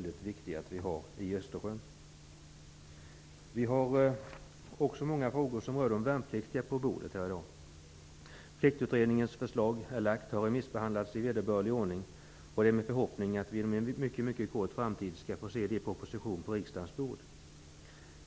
Det är många frågor här på bordet i dag som rör de värnpliktiga. Pliktutredningens förslag har lagts fram och remissbehandlats i vederbörlig ordning. Det är min förhoppning att vi inom en mycket snar framtid skall få se en proposition på riksdagens bord.